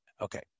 Okay